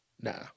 Nah